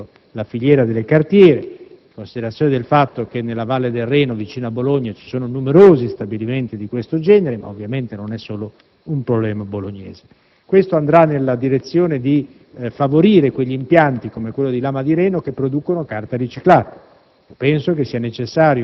il progetto cosiddetto della filiera delle cartiere, in considerazione del fatto che nella Valle del Reno, vicino a Bologna, vi sono numerosi stabilimenti di questo genere, anche se ovviamente non è solo un problema bolognese. Questo andrà nella direzione di favorire tutti gli impianti che producono carta riciclata,